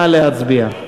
נא להצביע.